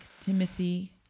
Timothy